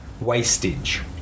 wastage